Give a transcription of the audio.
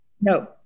No